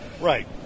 right